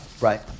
Right